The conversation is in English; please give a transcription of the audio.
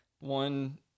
one